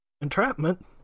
entrapment